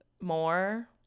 more